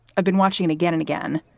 i've been watching it again and again.